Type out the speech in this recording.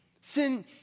Sin